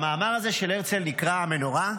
המאמר של הרצל נקרא "המנורה".